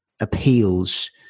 appeals